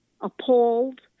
appalled